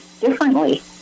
differently